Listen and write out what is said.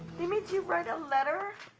they made you write a letter?